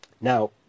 Now